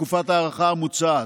תקופת ההארכה המוצעת,